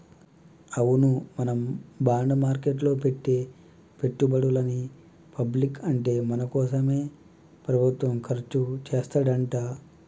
అవును మనం బాండ్ మార్కెట్లో పెట్టే పెట్టుబడులని పబ్లిక్ అంటే మన కోసమే ప్రభుత్వం ఖర్చు చేస్తాడంట